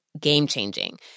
game-changing